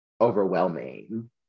overwhelming